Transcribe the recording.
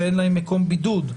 שאין להם מקום בידוד,